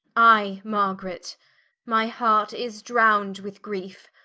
i margaret my heart is drown'd with griefe,